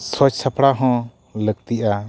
ᱥᱚᱡᱽ ᱥᱟᱯᱲᱟᱣ ᱦᱚᱸ ᱞᱟᱹᱠᱛᱤᱜᱼᱟ